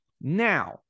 Now